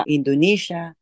Indonesia